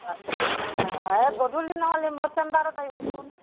অঁ অঁ এই গধূলি নহ'লে মোৰ চেম্বাৰত আহিবচোন